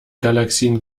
galaxien